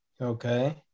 Okay